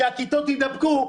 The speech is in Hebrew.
כשהכיתות יידבקו,